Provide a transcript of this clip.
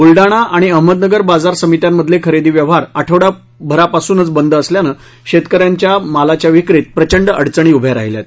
बुलडाणा आणि अहमदनगर बाजार समित्यांमधले खरेदी व्यवहार आठवडाभरापासून बंद असल्यानं शेतक यांच्या मालाच्या विक्रीत प्रचंड अडचणी उभ्या राहिल्या आहेत